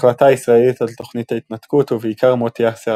ההחלטה הישראלית על תוכנית ההתנתקות ובעיקר מות יאסר